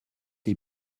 les